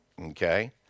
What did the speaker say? okay